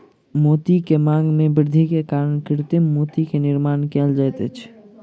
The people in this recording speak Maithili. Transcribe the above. मोती के मांग में वृद्धि के कारण कृत्रिम मोती के निर्माण कयल जाइत अछि